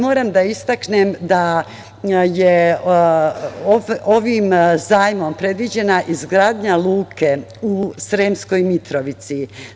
Moram da istaknem da je ovim zajmom predviđena izgradnja luke u Sremskoj Mitrovici.